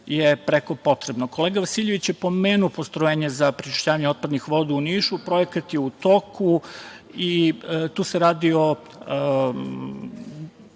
je preko potrebno. Kolega Vasiljević je pomenuo postrojenje za prečišćavanje otpadnih voda u Nišu. Projekat je u toku i tu se radi o